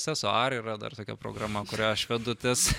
sesuar yra dar tokia programa kuria aš vedu tas